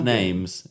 Names